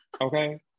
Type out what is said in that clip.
Okay